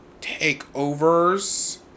takeovers